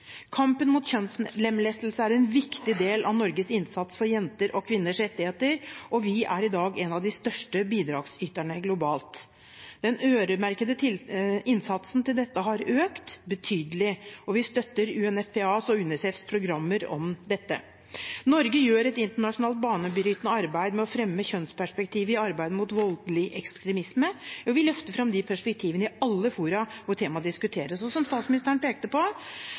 Kampen mot kjønnslemlestelse er en viktig del av Norges innsats for jenters og kvinners rettigheter, og vi er i dag en av de største bidragsyterne globalt. Den øremerkede innsatsen til dette har økt betydelig, og vi støtter UNFPAs og UNICEFs programmer om dette. Norge gjør et internasjonalt banebrytende arbeid med å fremme kjønnsperspektivet i arbeidet mot voldelig ekstremisme, og vi løfter fram de perspektivene i alle fora hvor temaet diskuteres. Som statsministeren pekte på,